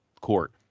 court